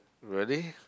really